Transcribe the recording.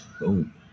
Boom